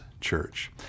church